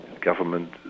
government